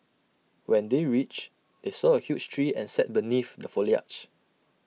when they reached they saw A huge tree and sat beneath the foliage